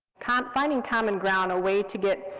kind of finding common ground, a way to get